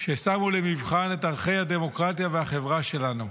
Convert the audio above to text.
ששמו למבחן את ערכי הדמוקרטיה והחברה שלנו.